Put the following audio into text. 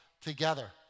together